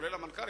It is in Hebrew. כולל המנכ"ל,